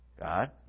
God